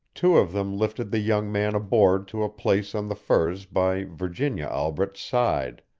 two of them lifted the young man aboard to a place on the furs by virginia albret's side.